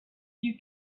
you